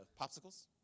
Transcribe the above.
popsicles